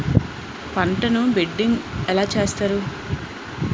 పంటను బిడ్డింగ్ ఎలా చేస్తారు?